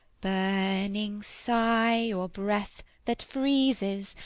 burning sigh, or breath that freezes,